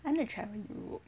I want to try go europe